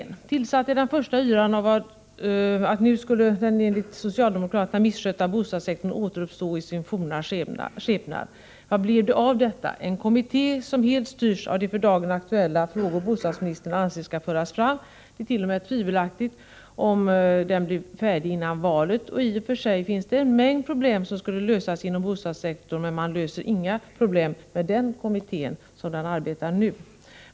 Den tillsattes i den första yran, som innebar att den enligt socialdemokraterna misskötta bostadssektorn nu skulle återuppstå i sin forna skepnad. Vad blev det av detta? Jo, det blev en kommitté som helt styrs av de för dagen aktuella frågor som bostadsministern anser skall föras fram. Det är t.o.m. tvivelaktigt om kommittén blir färdig före valet. I och för sig finns det en mängd problem som måste lösas inom bostadssektorn, men man löser inga problem med denna kommitté, på det sätt som den nu arbetar.